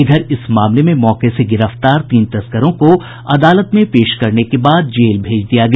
इधर इस मामले में मौके से गिरफ्तार तीन तस्करों को अदालत में पेश करने के बाद जेल भेज दिया गया